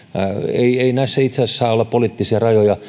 ei ei näissä itse asiassa saa olla poliittisia rajoja